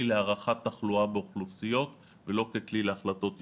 להערכת תחלואה באוכלוסיות ולא ככלי להחלטות אישיות.